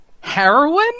heroin